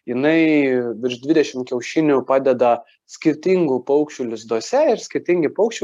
jinai virš dvidešim kiaušinių padeda skirtingų paukščių lizduose ir skirtingi paukščiai